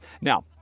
Now